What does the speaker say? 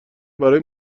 برای